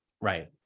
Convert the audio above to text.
right